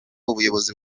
ubuyobozi